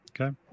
Okay